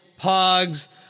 pogs